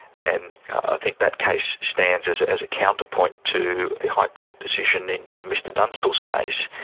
and i think that case stands as as a counterpoint to the high court decision in in mr dunstall's case.